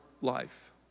life